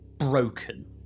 Broken